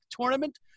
tournament